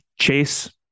chase